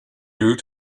you